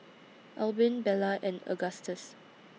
Albin Bella and Agustus